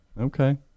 Okay